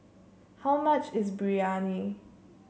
how much is Biryani